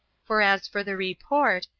for as for the report,